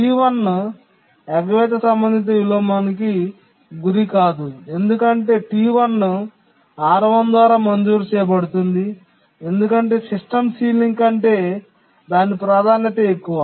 T1 ఎగవేత సంబంధిత విలోమానికి గురికాదు ఎందుకంటే T1 R1 ద్వారా మంజూరు చేయబడుతుంది ఎందుకంటే సిస్టమ్ సీలింగ్ కంటే దాని ప్రాధాన్యత ఎక్కువ